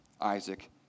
Isaac